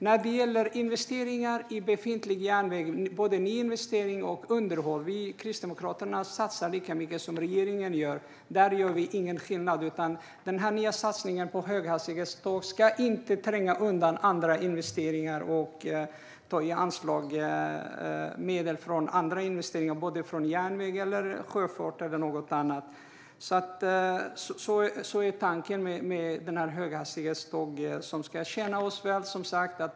När det gäller investeringar i befintlig järnväg - både nyinvesteringar och underhåll - satsar vi i Kristdemokraterna lika mycket som regeringen gör. Där gör vi ingen skillnad. Denna nya satsning på höghastighetståg ska inte tränga undan andra investeringar och ta medel från järnväg, sjöfart eller något annat. Tanken är att höghastighetståg ska tjäna oss väl.